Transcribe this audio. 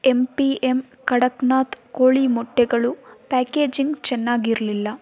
M P M Kadaknath ಕೋಳಿ ಮೊಟ್ಟೆಗಳು packaging ಚೆನ್ನಾಗಿರಲಿಲ್ಲ